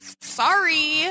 Sorry